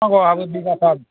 औ आंहाबो बिगाथाम